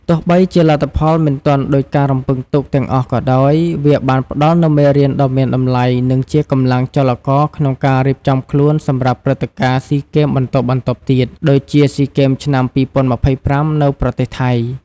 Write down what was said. ទោះបីជាលទ្ធផលមិនទាន់ដូចការរំពឹងទុកទាំងអស់ក៏ដោយ វាបានផ្ដល់នូវមេរៀនដ៏មានតម្លៃ និងជាកម្លាំងចលករក្នុងការរៀបចំខ្លួនសម្រាប់ព្រឹត្តិការណ៍ស៊ីហ្គេមបន្ទាប់ៗទៀត ដូចជា ស៊ីហ្គេមឆ្នាំ ២០២៥ នៅប្រទេសថៃ។